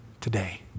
today